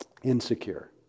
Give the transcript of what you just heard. insecure